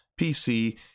PC